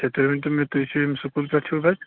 ہے تُہۍ ؤنۍتَو مےٚ تُہۍ چھِو ییٚمہِ سکوٗل پیٚٹھ چھِو حظ